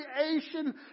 creation